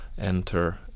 enter